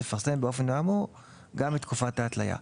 תפרסם באופן האמור גם את תקופת ההתליה.